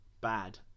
bad